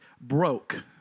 broke